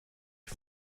die